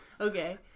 Okay